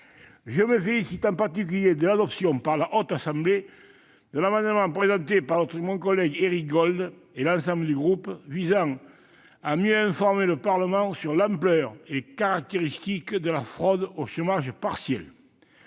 Je me félicite en particulier de l'adoption par la Haute Assemblée de l'amendement présenté par mon collègue Éric Gold et l'ensemble du groupe visant à mieux informer le Parlement sur l'ampleur et les caractéristiques de la fraude au chômage partiel.